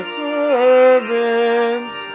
servants